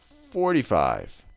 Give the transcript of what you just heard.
forty five.